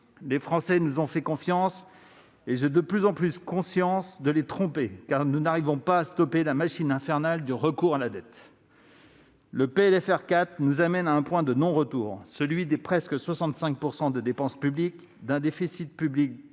Les Français nous ont fait confiance, et j'ai de plus en plus le sentiment de les tromper, car nous n'arrivons pas à stopper la machine infernale du recours à la dette. Ce PLFR 4 nous amène à un point de non-retour, celui des presque 65 % de dépense publique, d'un déficit public creusé